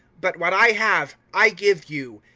but what i have, i give you.